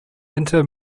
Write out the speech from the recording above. inter